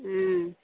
ம்